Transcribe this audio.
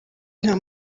nta